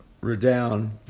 redound